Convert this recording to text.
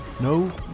no